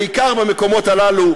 בעיקר במקומות הללו,